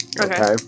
okay